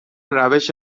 روش